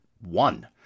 one